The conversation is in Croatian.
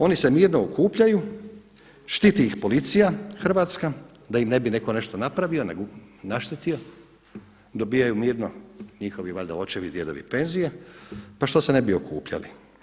Oni se mirno okupljaju, štiti ih policija hrvatska da im ne bi netko nešto napravio, naštetio, dobivaju mirno, njihovi valjda očevi, djedovi penzije pa što se ne bi okupljali.